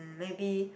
maybe